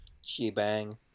Shebang